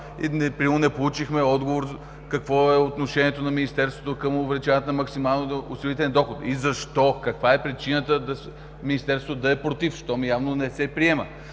Примерно, не получихме отговор какво е отношението на Министерството към увеличаването на максималния осигурителен доход и защо? Каква е причината Министерството да е против, щом явно не се приема?